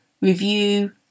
review